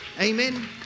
Amen